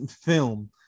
film